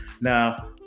now